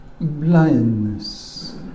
blindness